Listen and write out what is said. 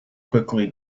quickly